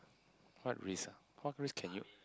what risk ah what risk can you